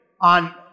on